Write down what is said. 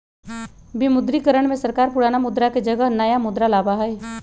विमुद्रीकरण में सरकार पुराना मुद्रा के जगह नया मुद्रा लाबा हई